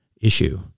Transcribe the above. issue